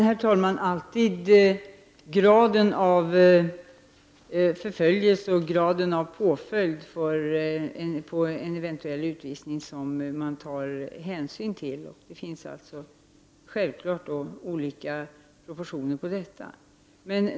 Herr talman! Det är alltid graden av förföljelse och graden av påföljd vid en eventuell utvisning som man tar hänsyn till. Det finns självfallet olika proportioner på detta.